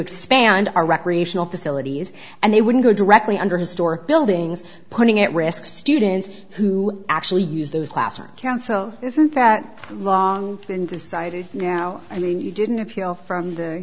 expand our recreational facilities and they wouldn't go directly under historic buildings putting at risk students who actually use those classrooms council isn't that long been decided now i mean you didn't appeal from the